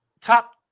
top